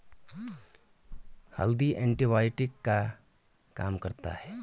हल्दी एंटीबायोटिक का काम करता है